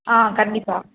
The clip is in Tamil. ஆ கண்டிப்பாக